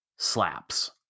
slaps